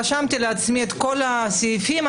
רשמתי לעצמי את כל הסעיפים,